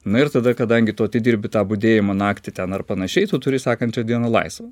na ir tada kadangi tu atidirbi tą budėjimo naktį ten ar panašiai tu turi sakančią dienų laisvą